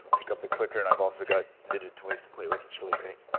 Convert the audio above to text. like up the clicker, and i've also got little toys to play with, it's really great.